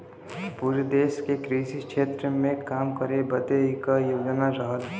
पुरे देस के कृषि क्षेत्र मे काम करे बदे क योजना रहल